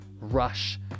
rush